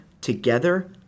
Together